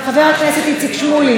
חבר הכנסת איציק שמולי,